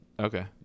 Okay